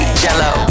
jello